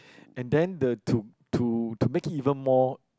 and then the to to to make it even more